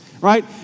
right